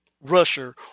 rusher